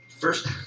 First